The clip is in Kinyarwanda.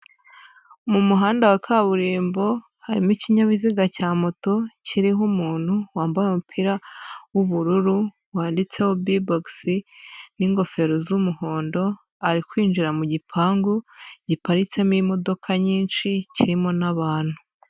Mu muhanda wa kaburimbo harimo ikinyabiziga cya moto, kiriho umuntu wambaye umupira w'ubururu, wanditseho Bboxx n'ingofero z'umuhondo, ari kwinjira mu gipangu giparitsemo imodoka nyinshi kirimo n'abantu.